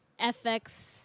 FX